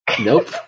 Nope